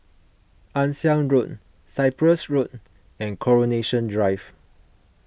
Ann Siang Road Cyprus Road and Coronation Drive